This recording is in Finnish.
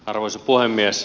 arvoisa puhemies